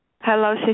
Hello